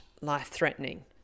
life-threatening